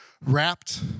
wrapped